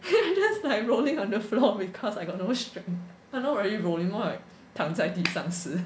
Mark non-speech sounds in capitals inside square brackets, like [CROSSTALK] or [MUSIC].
[LAUGHS] just like rolling on the floor because I got no strength but not really rolling more like 躺在地上吃